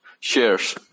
Cheers